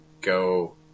go